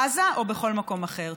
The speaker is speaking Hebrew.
בעזה או בכל מקום אחר.